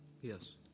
Yes